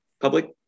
public